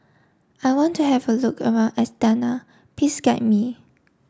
I want to have a look around Astana please guide me